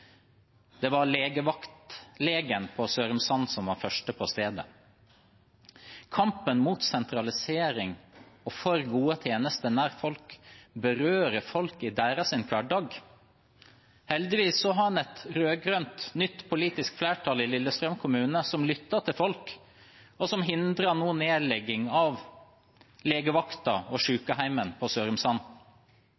Det var legevaktlegen på Sørumsand som var den første på stedet. Kampen mot sentralisering og for gode tjenester nær folk berører folk i deres hverdag. Heldigvis har en et nytt rød-grønt politisk flertall i Lillestrøm kommune som lytter til folk, og som nå hindrer nedlegging av legevakten og